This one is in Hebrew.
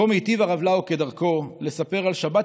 ובו היטיב הרב לאו כדרכו לספר על שבת